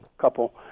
couple